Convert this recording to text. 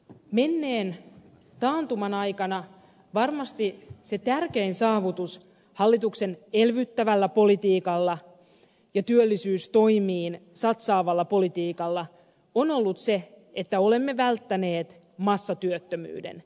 menneen taantuman aikana varmasti se tärkein saavutus hallituksen elvyttävällä politiikalla ja työllisyystoimiin satsaavalla politiikalla on ollut se että olemme välttäneet massatyöttömyyden